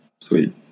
Sweet